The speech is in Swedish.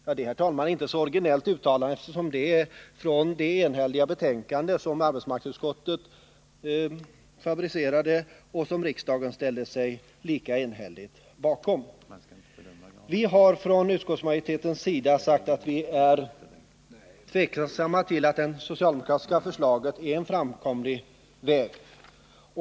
Det är, herr talman, inte något originellt uttalande, eftersom det överensstämmer med det enhälliga betänkande som arbetsmarknadsutskottet skrivit och som riksdagen lika enhälligt ställt sig bakom. Utskottsmajoriteten säger sig vara tveksam om huruvida det socialdemokratiska förslaget är en framkomlig väg.